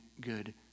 good